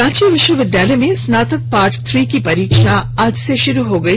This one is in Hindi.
रांची विश्वविद्यालय में स्नातक पार्ट थ्री की परीक्षा आज से शुरू हो गई